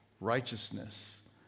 righteousness